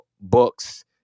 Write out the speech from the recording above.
books